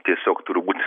tiesiog turi būt